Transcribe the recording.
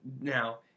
now